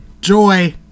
joy